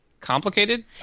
complicated